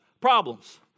problems